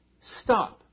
stop